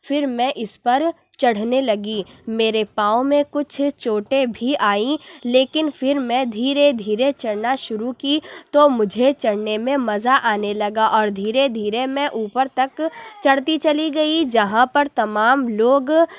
پھر میں اس پر چڑھنے لگی میرے پاؤں میں کچھ چوٹیں بھی آئیں لیکن پھر میں دھیرے دھیرے چڑھنا شروع کی تو مجھے چڑھنے میں مزہ آنے لگا اور دھیرے دھیرے میں اوپر تک چڑھتی چلی گئی جہاں پر تمام لوگ